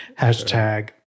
Hashtag